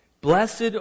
Blessed